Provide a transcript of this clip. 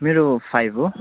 मेरो फाइभ हो